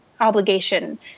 obligation